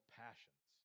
passions